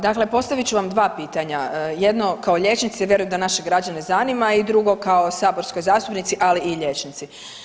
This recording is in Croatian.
Dakle, postavit ću vam dva pitanja, jedno kao liječnici jer vjerujem da naše građane zanima i drugo kao saborskoj zastupnici, ali i liječnici.